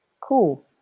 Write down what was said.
Cool